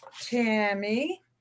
Tammy